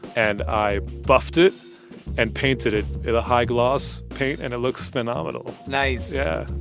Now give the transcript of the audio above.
and i buffed it and painted it in a high-gloss paint, and it looks phenomenal nice yeah.